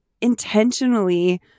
intentionally